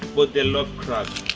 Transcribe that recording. but they love crabs.